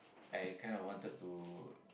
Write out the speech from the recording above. I kind of wanted to